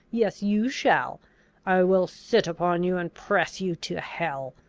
yes you shall i will sit upon you, and press you to hell!